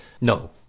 No